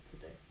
today